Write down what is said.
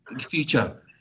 future